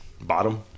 Bottom